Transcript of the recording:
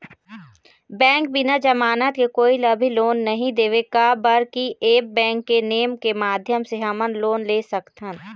Bank बिना जमानत के कोई ला भी लोन नहीं देवे का बर की ऐप बैंक के नेम के माध्यम से हमन लोन ले सकथन?